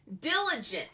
diligent